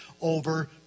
over